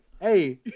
Hey